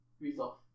resolve